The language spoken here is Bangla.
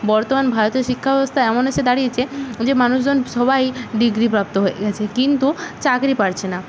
বর্তমান ভারতের শিক্ষা ব্যবস্থা এমন এসে দাঁড়িয়েছে যে মানুষজন সবাই ডিগ্রি প্রাপ্ত হয়ে গিয়েছে কিন্তু চাকরি পাচ্ছে না